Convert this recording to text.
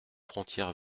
frontière